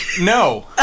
No